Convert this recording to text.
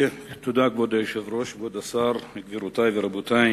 כבוד היושב-ראש, תודה, כבוד השר, גבירותי ורבותי,